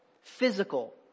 physical